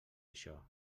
això